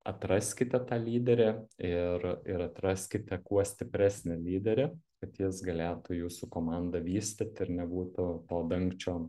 atraskite tą lyderį ir ir atraskite kuo stipresnį lyderį kad jis galėtų jūsų komandą vystyt ir nebūtų to dangčio